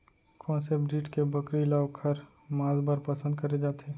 कोन से ब्रीड के बकरी ला ओखर माँस बर पसंद करे जाथे?